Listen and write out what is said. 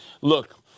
Look